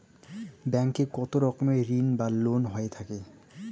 Bank এ কত রকমের ঋণ বা লোন হয়ে থাকে?